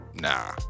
Nah